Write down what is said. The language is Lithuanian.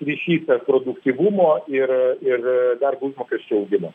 ryšys tarp produktyvumo ir ir darbo užmokesčio augimo